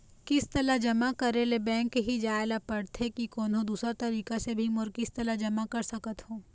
किस्त ला जमा करे ले बैंक ही जाए ला पड़ते कि कोन्हो दूसरा तरीका से भी मोर किस्त ला जमा करा सकत हो?